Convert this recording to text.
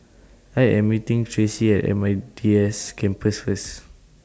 I Am meeting Tracey At M D I S University Campus First